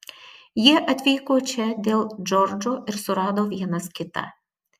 jie atvyko čia dėl džordžo ir surado vienas kitą